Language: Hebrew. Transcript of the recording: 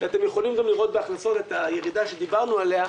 אתם יכולים לראות גם בהכנסות את הירידה שדיברנו עליה.